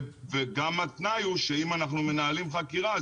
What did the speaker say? וגם התנאי הוא שאם אנחנו מנהלים חקירה,